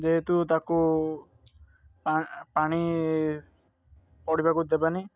ଯେହେତୁ ତାକୁ ପାଣି ପଡ଼ିବାକୁ ଦେବାନି